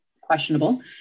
questionable